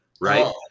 Right